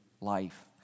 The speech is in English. life